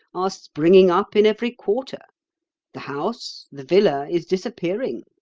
are springing up in every quarter the house, the villa, is disappearing.